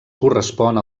correspon